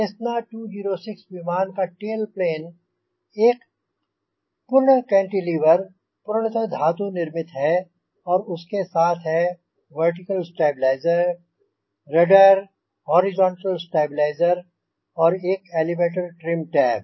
Cessna 206 विमान का tail plane एक पूर्ण कैंटिलीवर पूर्णतः धातु निर्मित है और उसके साथ हैं vertical stabiliser rudder horizontal stabiliser और एक एलेवेटर ट्रिम टैब